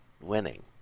winning